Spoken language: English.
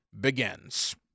begins